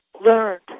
learned